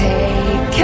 Take